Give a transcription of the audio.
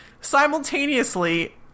Simultaneously